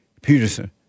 Peterson